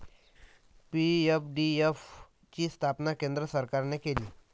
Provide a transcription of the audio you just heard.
PFDF ची स्थापना केंद्र सरकारने केली